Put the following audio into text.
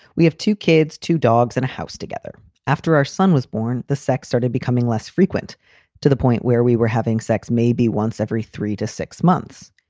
we have two kids, two dogs and a house together after our son was born. the sex started becoming less frequent to the point where we were having sex maybe once every three to six months.